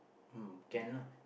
um can lah